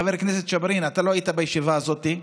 חלקם משרתים בצבא, אזרחים.